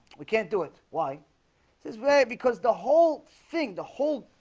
we can't do it. why this way because the whole thing the whole